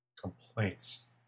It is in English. Complaints